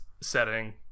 setting